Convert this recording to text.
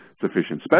sufficient